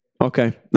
okay